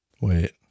wait